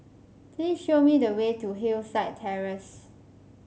please show me the way to Hillside Terrace